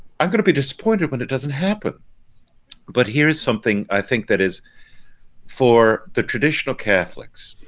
i'm gonna be disappointed when it doesn't happen but here's something i think that is for the traditional catholics,